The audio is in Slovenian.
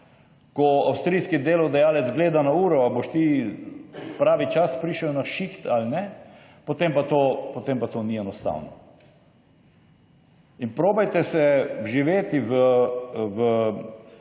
ko avstrijski delodajalec gleda na uro ali boš ti pravi čas prišel na šiht ali ne, potem pa to ni enostavno. In probajte se vživeti v